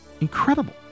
Incredible